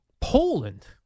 Poland